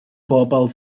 bobol